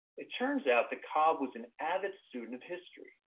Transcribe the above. it turns out that cobb was an avid student of history,